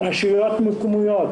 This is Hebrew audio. רשויות מקומיות